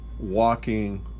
walking